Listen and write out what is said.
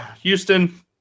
Houston